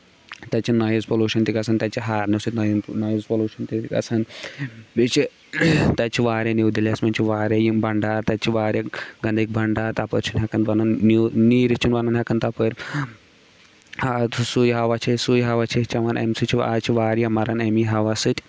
تَتہِ چھُ noise pollution تہِ گژھان تَتہِ چھ ہارنو سۭتۍ نایِز پولیوٗشن تہِ گژھان بیٚیہِ چھُ تَتہِ چھُ واریاہ نِیو دِہلی یس منٛز چھُ واریاہ یِم بنٛڈار تَتہِ چھِ واریاہ گنٛڈٕک بنٛڈار تَپٲرۍ چھِ نہٕ ہٮ۪کان نیٖرِتھ چھِ نہٕ ہٮ۪کان تَپٲرۍ آ سُے ہوا چھِ أسۍ سُے ہوا چھِ أسۍ چوان اَمہِ سۭتۍ آز چھِ واریاہ مَران اَمی ہوا سۭتۍ